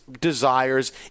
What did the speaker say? desires